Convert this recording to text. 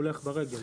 הוא הולך ברגל.